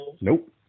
Nope